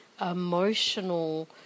emotional